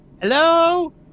Hello